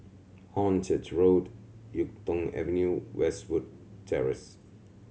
Hornchurch Road Yuk Tong Avenue Westwood Terrace